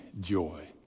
joy